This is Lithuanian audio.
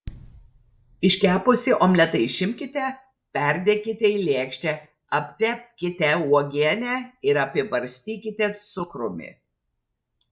iškepusį omletą išimkite perdėkite į lėkštę aptepkite uogiene ir apibarstykite cukrumi